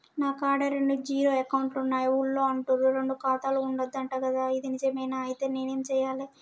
నా కాడా రెండు జీరో అకౌంట్లున్నాయి ఊళ్ళో అంటుర్రు రెండు ఖాతాలు ఉండద్దు అంట గదా ఇది నిజమేనా? ఐతే నేనేం చేయాలే?